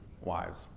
wives